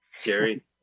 Jerry